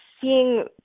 seeing